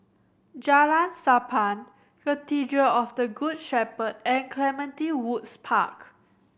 Jalan Sappan Cathedral of the Good Shepherd and Clementi Woods Park